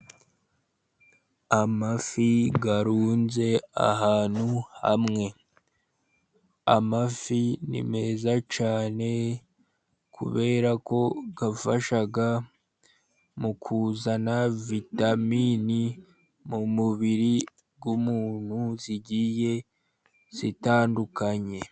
Amafi arunze ahantu hamwe, amafi ni meza cyane, kubera ko afasha mu kuzana vitaminini mu mubiri w'umuntu zigiye zitandukanye.